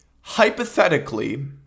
hypothetically